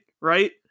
Right